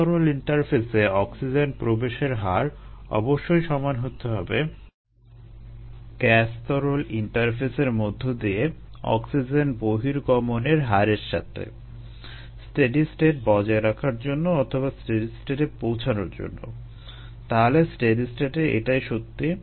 gas তরল ইন্টারফেসে oxygen প্রবেশের হার অবশ্যই সমান হতে হবে গ্যাস তরল ইন্টারফেসের মধ্য দিয়ে অক্সিজেন বহির্গমনের হারের সাথে স্টেডি স্টেট বজায় রাখার জন্য অথবা স্টেডি স্টেটে পৌঁছানোর জন্য তাহলে স্টেডি স্টেটে এটাই সত্যি